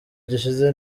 gishize